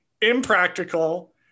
impractical